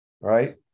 right